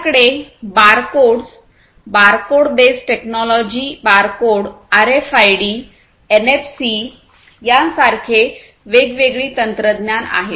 आपल्याकडे barcodes bar code base technology bar code RFID NFC यासारखे वेगवेगळी तंत्रज्ञान आहेत